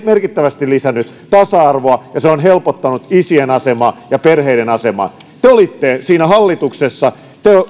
merkittävästi lisännyt tasa arvoa ja se on helpottanut isien asemaa ja perheiden asemaa te olitte siinä hallituksessa